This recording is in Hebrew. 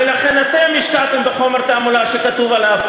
ולכן אתם השקעתם בחומר תעמולה שכתוב עליו,